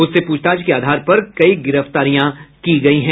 उससे प्रछताछ के आधार पर कई गिरफ्तारियां की गयी हैं